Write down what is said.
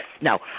No